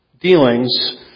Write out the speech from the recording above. dealings